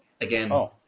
again